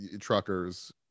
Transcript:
truckers